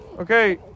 Okay